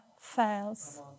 fails